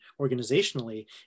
organizationally